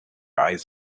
eyes